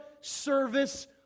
service